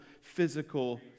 physical